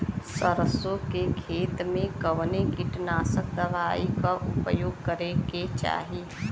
सरसों के खेत में कवने कीटनाशक दवाई क उपयोग करे के चाही?